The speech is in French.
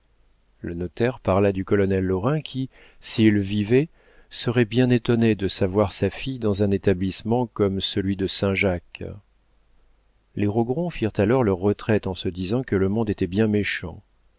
le notaire parla du colonel lorrain qui s'il vivait serait bien étonné de savoir sa fille dans un établissement comme celui de saint-jacques les rogron firent alors leur retraite en se disant que le monde était bien méchant